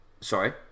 Sorry